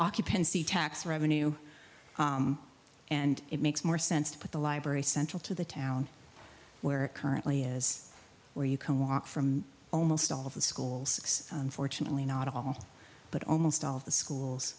occupancy tax revenue and it makes more sense to put the library central to the town where it currently is where you can walk from almost all of the schools unfortunately not all but almost all of the schools